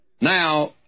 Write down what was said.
Now